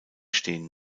stehen